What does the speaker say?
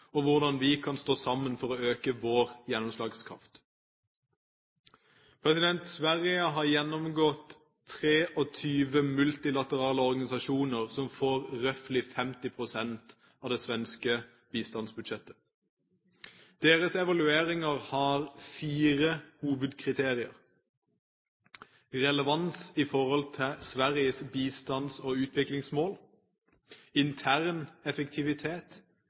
og om hvordan vi kan stå sammen for å øke vår gjennomslagskraft. Sverige har gjennomgått 23 multilaterale organisasjoner som får roughly 50 pst. av det svenske bistandsbudsjettet. Deres evalueringer har fire hovedkriterier: relevans i forhold til Sveriges bistands- og utviklingsmål, intern effektivitet,